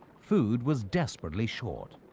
food was desperately short.